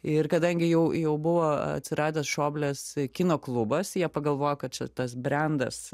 ir kadangi jau jau buvo atsiradęs šoblės kino klubas jie pagalvojo kad čia tas brendas